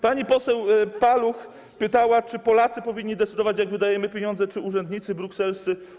Pani poseł Paluch zapytała, czy Polacy powinni decydować o tym, jak wydajemy pieniądze, czy urzędnicy brukselscy.